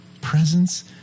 presence